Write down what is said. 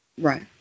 Right